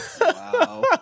Wow